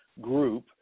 group